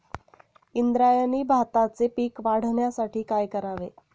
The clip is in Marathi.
इंद्रायणी भाताचे पीक वाढण्यासाठी काय करावे?